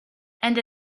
and